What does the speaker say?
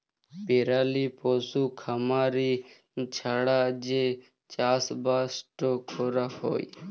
পেরালি পশু খামারি ছাড়া যে চাষবাসট ক্যরা হ্যয়